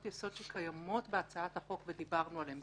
יסוד שקיימות בהצעת החוק ודיברנו עליהן.